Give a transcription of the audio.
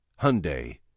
Hyundai